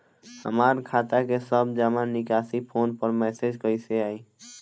हमार खाता के सब जमा निकासी फोन पर मैसेज कैसे आई?